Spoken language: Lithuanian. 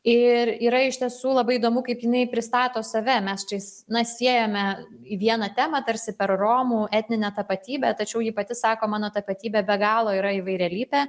ir yra iš tiesų labai įdomu kaip jinai pristato save mes čiais na siejame į vieną temą tarsi per romų etninę tapatybę tačiau ji pati sako mano tapatybė be galo yra įvairialypė